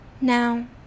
now